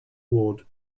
ward